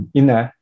ina